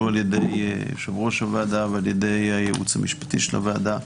ע"י יושב-ראש הוועדה וע"י הייעוץ המשפטי של הוועדה.